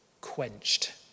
quenched